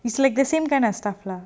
it's like the same kind of stuff lah